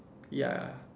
ya